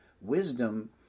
Wisdom